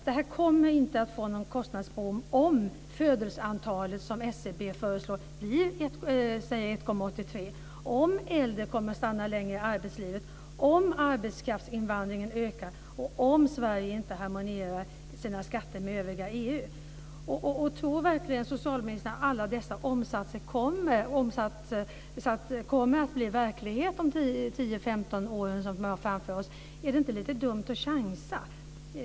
Det kommer inte att bli någon kostnadsboom om födelseantalet, som SCB förutspår, blir 1,83, om äldre kommer att stanna längre i arbetslivet, om arbetskraftinvandringen ökar och om Sverige inte harmonierar sina skatter med övriga EU. Tror verkligen socialministern att alla dessa omsatser kommer att bli verklighet inom de 10-15 år som vi har framför oss? Är det inte lite dumt att chansa?